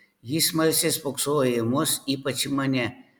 ji smalsiai spoksojo į mus ypač į mane